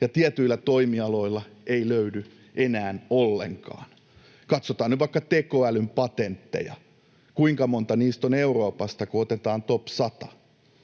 ja tietyillä toimialoilla ei löydy enää ollenkaan. Katsotaan nyt vaikka tekoälyn patentteja. Kuinka monta niistä on Euroopasta, kun otetaan top 100?